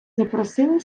запросили